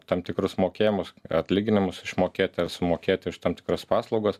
tam tikrus mokėjimus atlyginimus išmokėt ar sumokėt už tam tikras paslaugas